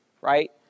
right